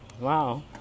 Wow